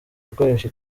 gukoresha